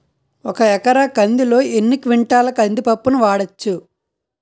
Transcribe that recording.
ఒక ఎకర కందిలో ఎన్ని క్వింటాల కంది పప్పును వాడచ్చు?